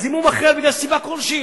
אז אם הוא מאחר מסיבה כלשהי,